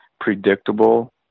predictable